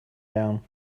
down